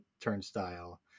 turnstile